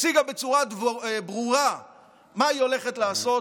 שהציגה בצורה ברורה מה היא הולכת לעשות,